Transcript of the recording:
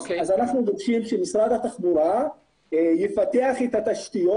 אנחנו מבקשים שמשרד התחבורה יפתח את התשתיות.